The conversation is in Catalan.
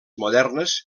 modernes